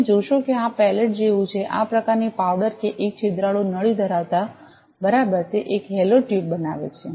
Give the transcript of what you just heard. તમે જોશો કે આ પેલેટ જેવું છે આ પ્રકારની પાવડર એક છિદ્રાળુ નળી ધરાવતા બરાબર તે એક હોલો ટ્યુબ બનાવે છે